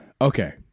Okay